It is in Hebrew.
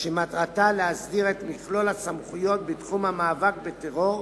שמטרתה להסדיר את מכלול הסמכויות בתחום המאבק בטרור,